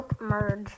Merge